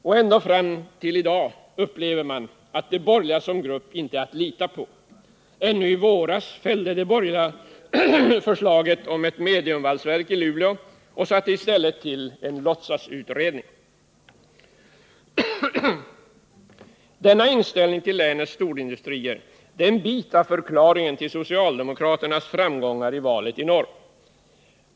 Och ända fram till i dag upplever man att de borgerliga som grupp inte är att lita på här på grund av ideologiska skäl. Ännu i våras fällde de borgerliga förslaget om ett mediumvalsverk i Luleå och satte i stället till en låtsasutredning. Denna inställning till länets storindustrier är en bit av förklaringen till socialdemokraternas framgångar i valet i norr.